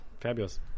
Fabulous